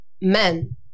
men